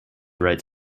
write